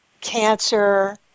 cancer